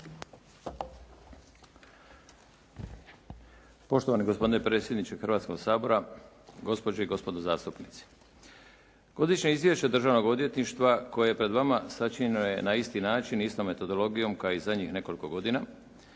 Poštovani gospodine predsjedniče Hrvatskoga sabora, gospođe i gospodo zastupnici. Godišnje izvješće državnog odvjetništva koje je pred vama sačinjeno je na isti način i istom metodologijom kao i zadnjih nekoliko godina